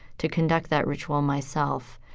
to conduct that ritual myself.